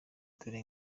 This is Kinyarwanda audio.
dore